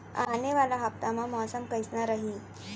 आने वाला हफ्ता मा मौसम कइसना रही?